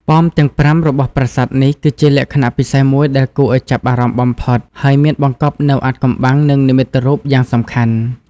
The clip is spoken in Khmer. ប៉មទាំងប្រាំរបស់ប្រាសាទនេះ គឺជាលក្ខណៈពិសេសមួយដែលគួរឲ្យចាប់អារម្មណ៍បំផុត ហើយមានបង្កប់នូវអាថ៌កំបាំង និងនិមិត្តរូបយ៉ាងសំខាន់។